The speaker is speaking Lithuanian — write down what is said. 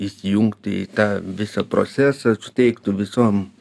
įsijungti į tą visą procesą suteiktų visom